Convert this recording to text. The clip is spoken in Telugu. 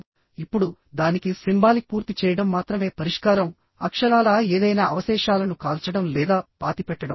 ఇప్పుడు దానికి సింబాలిక్ పూర్తి చేయడం మాత్రమే పరిష్కారం అక్షరాలా ఏదైనా అవశేషాలను కాల్చడం లేదా పాతిపెట్టడం